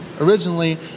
originally